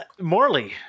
Morley